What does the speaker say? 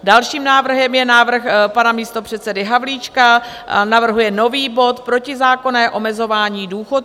Dalším návrhem je návrh pana místopředsedy Havlíčka, navrhuje nový bod Protizákonné omezování důchodců.